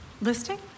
Listing